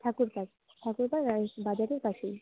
ঠাকুর পাড় ঠাকুর পাড় বা বাজারের পাশেই